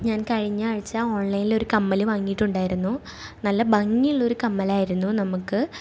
ഞാൻ കഴിഞ്ഞ ആഴ്ച്ച ഓൺലൈനിൽ ഒരു കമ്മൽ വാങ്ങിയിട്ടുണ്ടായിരുന്നു നല്ല ഭംഗി ഉള്ള ഒരു കമ്മലായിരുന്നു നമ്മൾക്ക്